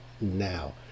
now